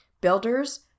builders